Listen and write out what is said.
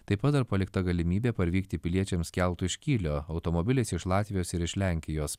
taip pat dar palikta galimybė parvykti piliečiams keltu iš kylio automobiliais iš latvijos ir iš lenkijos